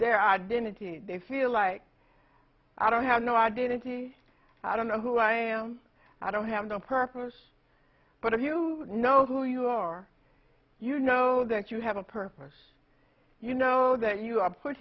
their identity they feel like i don't have no identity i don't know who i am i don't have a purpose but if you know who you are you know that you have a purpose you know that you are put